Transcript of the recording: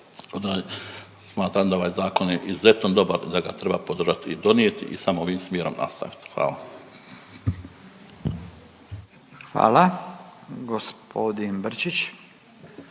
smatram da ovaj Zakon je izuzetno dobar da ga treba podržati i donijeti i samo ovim smjerom nastaviti. Hvala. **Radin, Furio